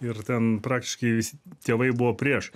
ir ten praktiškai visi tėvai buvo prieš